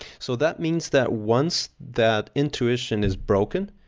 so that means that once that intuition is broken,